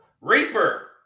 reaper